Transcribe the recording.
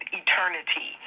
eternity